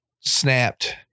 snapped